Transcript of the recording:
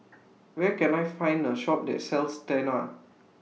Where Can I Find A Shop that sells Tena